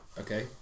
Okay